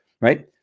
right